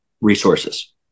resources